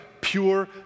pure